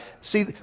See